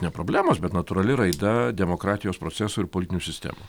ne problemos bet natūrali raida demokratijos procesų ir politinių sistemų